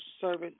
Servant